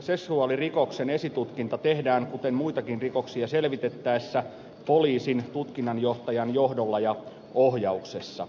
seksuaalirikoksen esitutkinta tehdään kuten muitakin rikoksia selvitettäessä poliisin tutkinnanjohtajan johdolla ja ohjauksessa